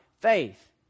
faith